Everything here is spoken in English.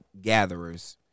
gatherers